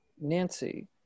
Nancy